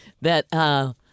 that-